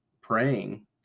praying